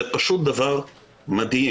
זה פשוט דבר מדהים.